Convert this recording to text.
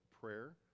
prayer